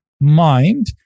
mind